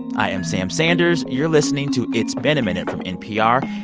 i am sam sanders. you're listening to it's been a minute from npr.